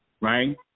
right